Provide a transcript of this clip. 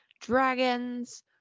dragons